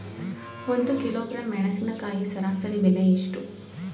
ಒಂದು ಕಿಲೋಗ್ರಾಂ ಮೆಣಸಿನಕಾಯಿ ಸರಾಸರಿ ಬೆಲೆ ಎಷ್ಟು?